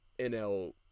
NL